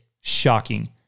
shocking